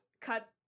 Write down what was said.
cut